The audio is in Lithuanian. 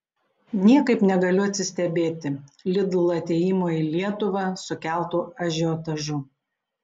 niekaip negaliu atsistebėti lidl atėjimo į lietuvą sukeltu ažiotažu